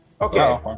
Okay